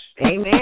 Amen